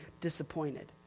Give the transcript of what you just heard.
disappointed